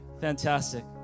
Fantastic